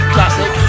Classic